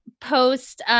post